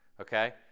okay